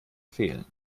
fehlen